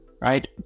right